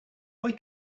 why